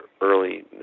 early